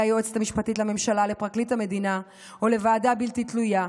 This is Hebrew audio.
היועצת המשפטית לממשלה לפרקליט המדינה או לוועדה בלתי תלויה,